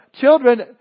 children